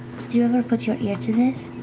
did you ever put your ear to this?